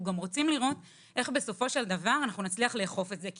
רוצים לראות איך בסופו של דבר נצליח לאכוף את זה.